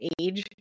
age